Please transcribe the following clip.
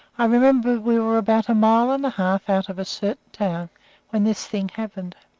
i remember we were about a mile and a half out of a certain town when this thing happened.